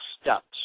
steps